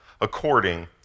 according